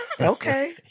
Okay